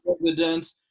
president